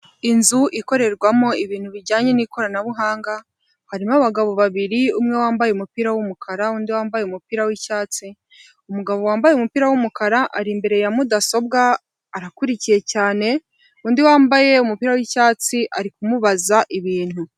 Inzu ikorerwamo ibintu bijyanye n'koranabuhanga harimo abagabo babiri umwe wambaye umupira w'umukara undi wambaye umupira w'cyatsi; umugabo wambaye umupira w'umukara ari imbere ya mudasobwa arakurikiye cyane undi wambaye umupira w'icyatsi ari kumubaza ibintu.